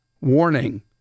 warning